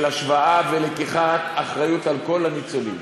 של השוואה ולקיחת אחריות לכל הניצולים.